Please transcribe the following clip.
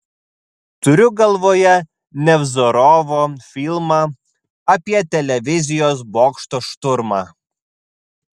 turiu galvoje nevzorovo filmą apie televizijos bokšto šturmą